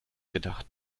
gedacht